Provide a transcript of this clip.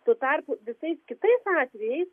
tuo tarpu visais kitais atvejais